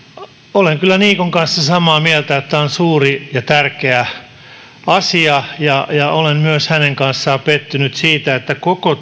olen kyllä niikon kanssa samaa mieltä että tämä on suuri ja tärkeä asia ja ja olen myös hänen kanssaan pettynyt siitä että koko